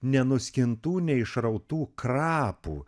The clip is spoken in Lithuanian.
nenuskintų neišrautų krapų